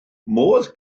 modd